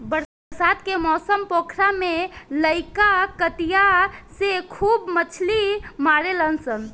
बरसात के मौसम पोखरा में लईका कटिया से खूब मछली मारेलसन